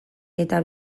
eta